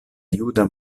juda